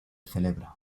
celebra